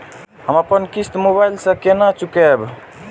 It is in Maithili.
हम अपन किस्त मोबाइल से केना चूकेब?